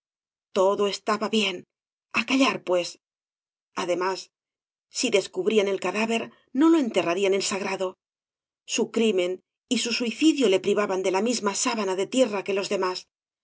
todo estaba bien á callar pues además si descubrían el cadáver no lo enterrarían en sagrado su crimen y su suicidio le privaban de la misma sábana de tierra que los demás